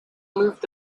moved